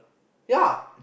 ya